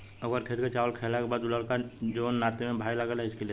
ओकर खेत के चावल खैला के बाद उ लड़का जोन नाते में भाई लागेला हिच्की लेता